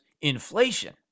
inflation